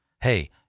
Hey